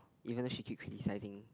even though she keep criticising